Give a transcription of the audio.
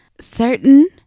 certain